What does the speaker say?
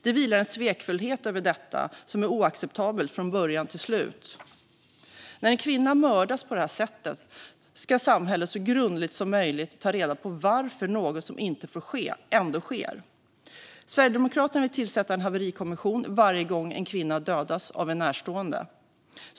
Det vilar en svekfullhet över detta som är oacceptabel från början till slut. När en kvinna mördas på det här sättet ska samhället så grundligt som möjligt ta reda på varför något som inte får ske ändå sker. Sverigedemokraterna vill tillsätta en haverikommission varje gång en kvinna dödas av en närstående.